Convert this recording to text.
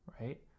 right